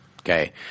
Okay